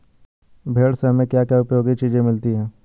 भेड़ से हमें क्या क्या उपयोगी चीजें मिलती हैं?